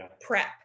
prep